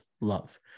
love